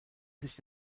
sich